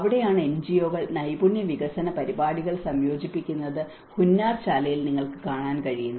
അവിടെയാണ് എൻജിഒകൾ നൈപുണ്യ വികസന പരിപാടികൾ സംയോജിപ്പിക്കുന്നത് ഹുന്നാർശാലയിൽ നിങ്ങൾക്ക് കാണാൻ കഴിയുന്നത്